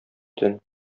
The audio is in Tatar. төн